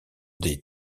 des